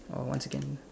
oh one second